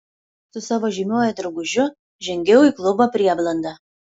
su savo žymiuoju draugužiu žengiau į klubo prieblandą